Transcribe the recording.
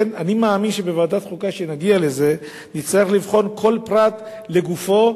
אני מאמין שכשנגיע לזה בוועדת החוקה נצטרך לבחון כל פרט לגופו,